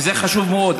וזה חשוב מאוד.